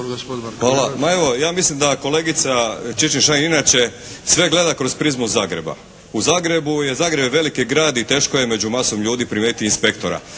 evo, ja mislim da kolegica Čičin Šain inače sve gleda kroz prizmu Zagreba. U Zagrebu je, Zagreb je veliki grad i teško je među masom ljudi primijetiti inspektora.